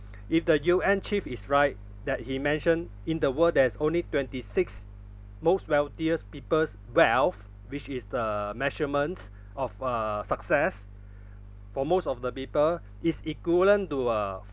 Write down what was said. if the U_N chief is right that he mention in the world there's only twenty six most wealthiest peoples' wealth which is the measurements of uh success for most of the people is equivalent to a